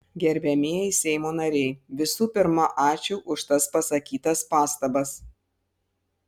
gerbiamieji seimo nariai visų pirma ačiū už tas pasakytas pastabas